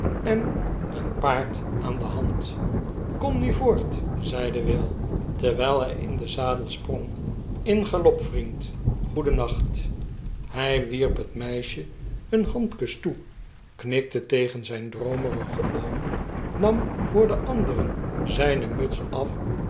en een paard aan de hand kom nu voort zeide will terwijl hij in den zadel sprong in galop vriend goedennacht i hij wierp het meisje een hand kus toe knikte tegen zijn droomerigen oom nam voor de anderen zijne muts af